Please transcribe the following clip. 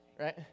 Right